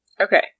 Okay